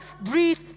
breathe